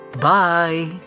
Bye